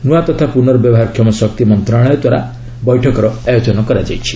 ନୂଆ ତଥା ପୁନର୍ବ୍ୟବହାରକ୍ଷମ ଶକ୍ତି ମନ୍ତ୍ରଣାଳୟ ଦ୍ୱାରା ବୈଠକର ଆୟୋଜନ କରାଯାଇଛି